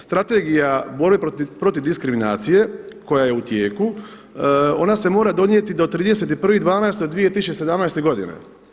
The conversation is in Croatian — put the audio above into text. Strategija borbe protiv diskriminacije koja je u tijeku ona se mora donijeti do 31.12.2017. godine.